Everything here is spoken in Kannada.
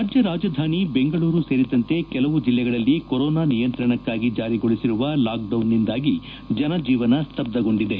ರಾಜ್ಯ ರಾಜಧಾನಿ ಬೆಂಗಳೂರು ಸೇರಿದಂತೆ ಕೆಲವು ಜಲ್ಲೆಗಳಲ್ಲಿ ಕೊರೊನಾ ನಿಯಂತ್ರಣಕ್ಕಾಗಿ ಜಾರಿಗೊಳಿಸಿರುವ ಲಾಕ್ಡೌನ್ನಿಂದಾಗಿ ಜನಜೀವನ ಸ್ತಬ್ಬಗೊಂಡಿದೆ